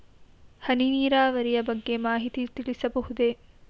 ಹನಿ ನೀರಾವರಿಯ ಬಗ್ಗೆ ಮಾಹಿತಿ ತಿಳಿಸಬಹುದೇ?